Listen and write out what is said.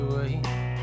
away